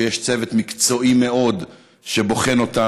שיש צוות מקצועי מאוד שבוחן אותן,